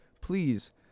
please